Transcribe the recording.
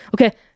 Okay